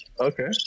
Okay